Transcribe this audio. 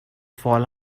fall